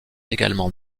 également